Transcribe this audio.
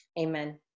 amen